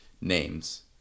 names